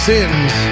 Sins